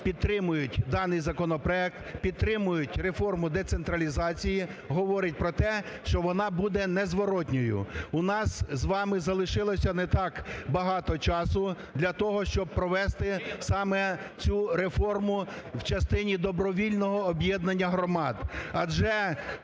підтримують даний законопроект, підтримують реформу децентралізації, говорить про те, що вона буде незворотною. У нас з вами залишилося не так багато часу для того, щоб провести саме цю реформу в частині добровільного об'єднання громад,